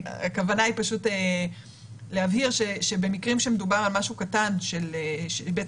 הכוונה היא להבהיר שבמקרים שמדובר על משהו קטן ובעצם